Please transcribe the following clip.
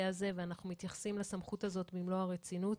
הזה ואנחנו מתייחסים לסמכות הזאת במלוא הרצינות.